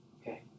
Okay